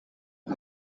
ili